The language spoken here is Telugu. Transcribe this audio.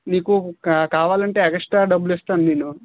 నీకు కా కావాలంటే ఎక్స్ట్రా డబ్బులు ఇస్తాను నేను